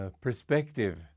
perspective